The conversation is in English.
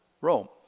Rome